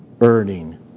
earning